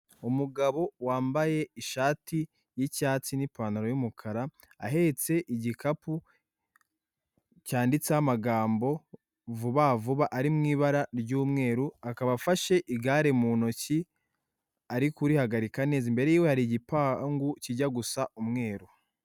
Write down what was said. Umugabo wambaye ishati y'icyatsi n'ipantaro y'umukara, ahetse igikapu cyanditseho amagambo vuba vuba ari mu ibara ry'umweru. Akaba afashe igare mu ntoki ari kurihagarika neza, imbere yiwe hari igipangu kijya gusa umweru.